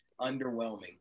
Underwhelming